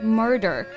murder